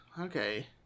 okay